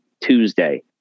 Tuesday